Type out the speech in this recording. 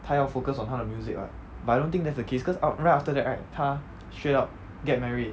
他要 focus on 他的 music [what] but I don't think that's the case cause out right after that right 他 straight up get married